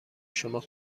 شما